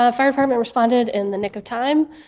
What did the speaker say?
ah fire department responded in the nick of time.